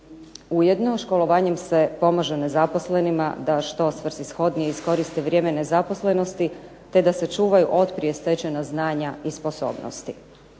Ujedno školovanjem se pomaže nezaposlenima da što svrsishodnije iskoristi vrijeme nezaposlenosti, te da se čuvaju otprije stečena znanja i sposobnosti.